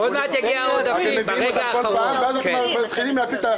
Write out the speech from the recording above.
אתם מביאים --- אז צריכים להתחיל להביא.